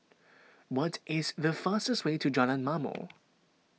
what is the fastest way to Jalan Ma'mor